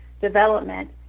development